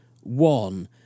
one